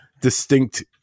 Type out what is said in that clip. distinct